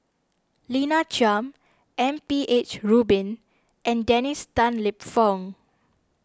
Lina Chiam M P H Rubin and Dennis Tan Lip Fong